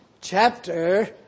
chapter